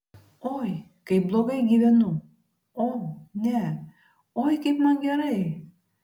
oi kaip blogai gyvenu o ne oi kaip man gerai